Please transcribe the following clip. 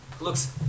Looks